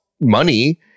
money